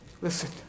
Listen